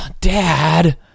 dad